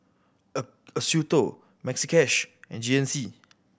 a Acuto Maxi Cash and G N C